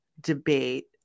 debate